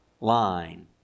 line